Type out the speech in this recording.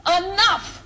enough